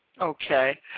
Okay